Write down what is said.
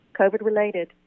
COVID-related